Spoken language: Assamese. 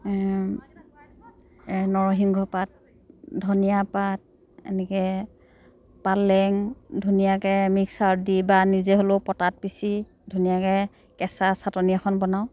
নৰসিংহ পাত ধনিয়া পাত এনেকে পালেং ধুনীয়াকৈ মিক্সাৰত দি বা নিজে হ'লেও পতাত পিচি ধুনীয়াকৈ কেঁচা চাটনী এখন বনাওঁ